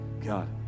God